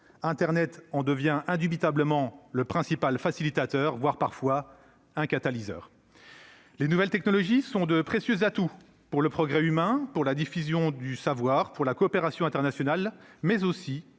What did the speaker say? Internet en devient indubitablement le principal facilitateur, voire un catalyseur. Les nouvelles technologies sont de précieux atouts pour le progrès humain, pour la diffusion du savoir, pour la coopération internationale, mais aussi